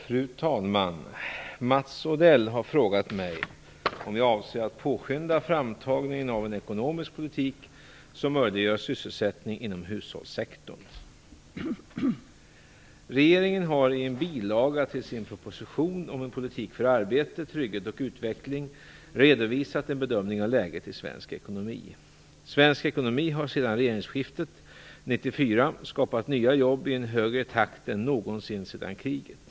Fru talman! Mats Odell har frågat mig om jag avser att påskynda framtagningen av en ekonomisk politik som möjliggör sysselsättning inom hushållssektorn. Regeringen har i en bilaga till sin proposition om en politik för arbete, trygghet och utveckling redovisat en bedömning av läget i svensk ekonomi. Svensk ekonomi har sedan regeringsskiftet 1994 skapat nya jobb i en högre takt än någonsin sedan kriget.